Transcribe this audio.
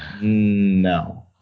No